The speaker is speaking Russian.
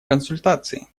консультации